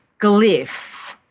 glyph